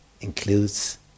includes